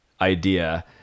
idea